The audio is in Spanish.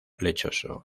lechoso